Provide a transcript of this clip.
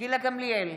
גילה גמליאל,